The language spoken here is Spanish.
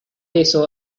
eso